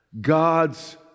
God's